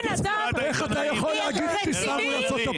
בן אדם כל כך רציני,